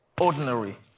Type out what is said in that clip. ordinary